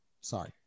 Sorry